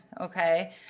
Okay